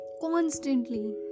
constantly